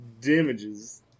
damages